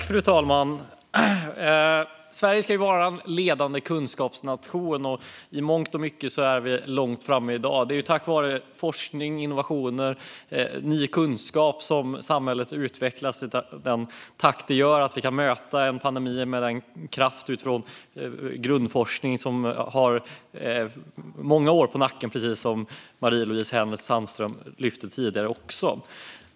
Fru talman! Sverige ska vara en ledande kunskapsnation, och i mångt och mycket är vi långt framme i dag. Det är tack vare forskning, innovationer och ny kunskap som samhället utvecklas i den takt det gör. Med kraften från en grundforskning som har många år på nacken kan vi möta en pandemi, precis som Marie-Louise Hänel Sandström lyfte upp tidigare.